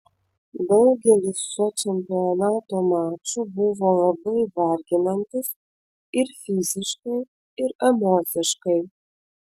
daugelis šio čempionato mačų buvo labai varginantys ir fiziškai ir emociškai